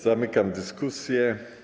Zamykam dyskusję.